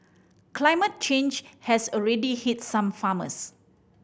climate change has already hit some farmers